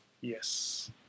Yes